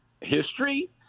history